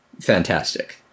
fantastic